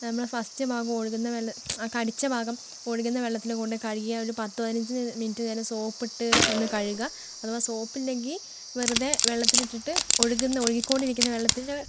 നമ്മൾ ഫസ്റ്റ് ആ ഭാഗം ഒഴുകുന്ന വെള്ളത്തിൽ ആ കടിച്ച ഭാഗം ഒഴുകുന്ന വെള്ളത്തിൽ കൊണ്ട് കഴുകിയാൽ ഒരു പത്ത് പതിനഞ്ച് മിനിറ്റ് നേരം സോപ്പ് ഇട്ട് ഒന്ന് കഴുക അഥവാ സോപ്പ് ഇല്ലെങ്കിൽ വെറുതെ വെള്ളത്തിൽ ഇട്ടിട്ട് ഒഴുകുന്ന ഒഴുകി കൊണ്ടിരിക്കുന്ന വെള്ളത്തിൽ